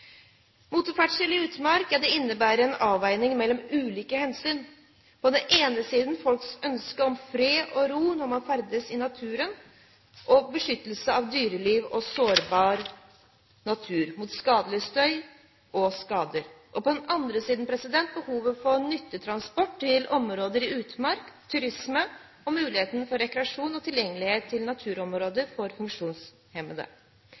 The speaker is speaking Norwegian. Motorferdsel i utmark innebærer en avveining mellom ulike hensyn – på den ene siden folks ønske om fred og ro når man ferdes i naturen, beskyttelse av dyreliv og sårbar natur mot skadelig støy og skader, og på den andre siden behovet for nyttetransport til områder i utmark, turisme, muligheter for funksjonshemmede for rekreasjon og tilgjengelighet til